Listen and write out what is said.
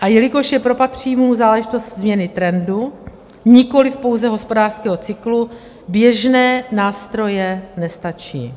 A jelikož je propad příjmů záležitost změny trendu, nikoli pouze hospodářského cyklu, běžné nástroje nestačí.